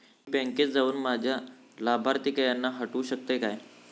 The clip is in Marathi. मी बँकेत जाऊन माझ्या लाभारतीयांका हटवू शकतय काय?